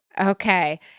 Okay